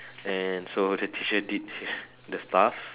and so the teacher did his the stuff